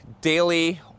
daily